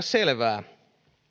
selvää